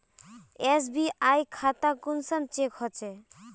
SBI खाता कुंसम check होचे?